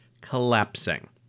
collapsing